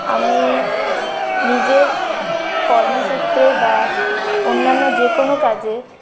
আমি নিজের কর্মসূত্রে বা অন্যান্য যেকোনো কাজে